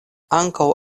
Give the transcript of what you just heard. ankaŭ